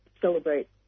celebrate